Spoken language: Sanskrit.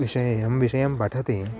विषये यं विषयं पठति